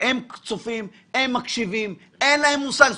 הם צופים, הם מקשיבים, אבל אין להם מושג.